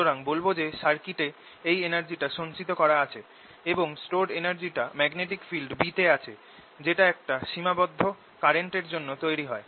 সুতরাং বলব যে সার্কিটে এই energy টা সঞ্চিত করা আছে এবং stored energy টা ম্যাগনেটিক ফিল্ড B তে আছে যেটা একটা সীমাবদ্ধ কারেন্ট এর জন্য তৈরি হয়